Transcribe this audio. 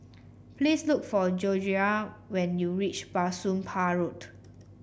please look for when you reach Bah Soon Pah Road